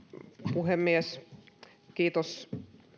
puhemies kiitos